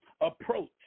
approach